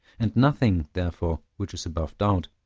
and nothing, therefore, which is above doubt,